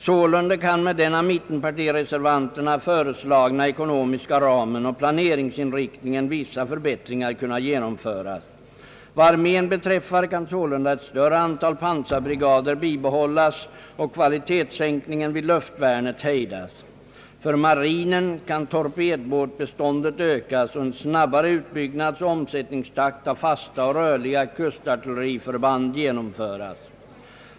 Sålunda kan med den av mittenpartireservanterna föreslagna ekonomiska ramen och planeringsinriktningen vissa förbättringar genomföras. Vad armén beträffar kan sålunda ett antal pansarbrigader bibehållas och kvalitetssänkningen vid luftvärnet hejdas. För marinen kan torpedbåtbeståndet ökas och en snabbare utbyggnadsoch omsätt ningstakt beträffande fasta och rörliga kustartilleriförband bli möjlig.